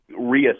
reassess